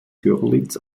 görlitz